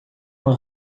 uma